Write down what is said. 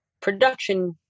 production